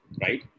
Right